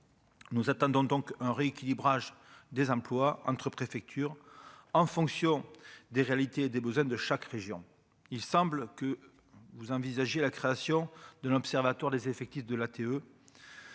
Nous attendons donc un rééquilibrage des emplois entre préfecture en fonction des réalités et des besoins de chaque région, il semble que vous envisagez la création d'un observatoire des effectifs de l'ATE